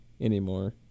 anymore